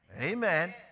Amen